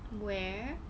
where